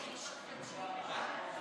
חבר הכנסת עודה,